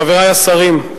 תודה, חברי השרים,